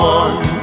one